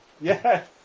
Yes